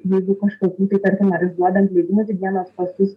jeigu kažkokių tai tarkim ar išduodant leidimus higienos pasus